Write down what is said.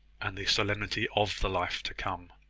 and the solemnity of the life to come.